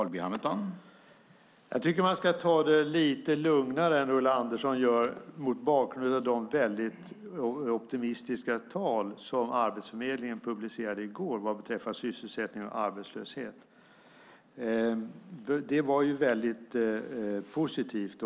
Herr talman! Jag tycker att man ska ta det lite lugnare än Ulla Andersson gör mot bakgrund av de mycket optimistiska tal som Arbetsförmedlingen publicerade i går vad beträffar sysselsättning och arbetslöshet. Det var mycket positivt.